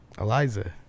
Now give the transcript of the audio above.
Eliza